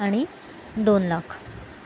आणि दोन लाख